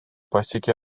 pasiekė